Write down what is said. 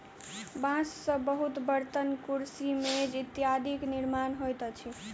बांस से बहुत बर्तन, कुर्सी, मेज इत्यादिक निर्माण होइत अछि